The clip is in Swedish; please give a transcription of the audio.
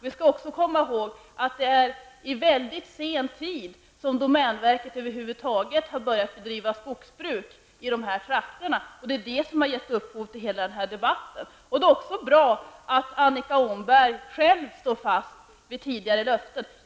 Vi skall också komma ihåg att det är mycket sent som domänverket över huvud taget har börjat bedriva skogsbruk i de här trakterna. Och det är det som har gett upphov till hela den här debatten. Det är också bra att Annika Åhnberg själv står fast vid tidigare löften.